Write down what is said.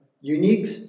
unique